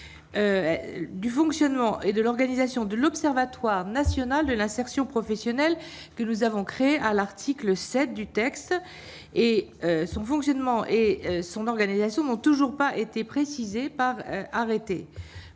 du fonctionnement et de l'organisation de l'Observatoire national de l'insertion professionnelle que nous avons créé à l'article 7 du texte et son fonctionnement et son organisation n'ont toujours pas été précisées par arrêté